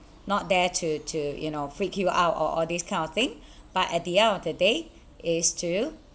not there to to you know freak you out or all these kind of thing but at the end of the day is to